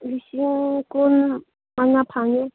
ꯂꯤꯁꯤꯡ ꯀꯨꯟ ꯃꯉꯥ ꯐꯪꯉꯦ